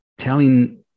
telling